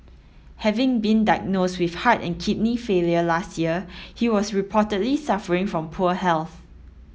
having been diagnosed with heart and kidney failure last year he was reportedly suffering from poor health